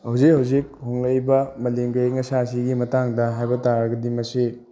ꯍꯧꯖꯤꯛ ꯍꯧꯖꯤꯛ ꯍꯣꯡꯂꯛꯏꯕ ꯃꯥꯂꯦꯝꯒꯤ ꯑꯏꯪ ꯑꯁꯥ ꯑꯁꯤꯒꯤ ꯃꯇꯥꯡꯗ ꯍꯥꯏꯕ ꯇꯥꯔꯒꯗꯤ ꯃꯁꯤ